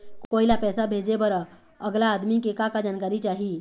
कोई ला पैसा भेजे बर अगला आदमी के का का जानकारी चाही?